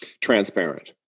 transparent